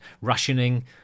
rationing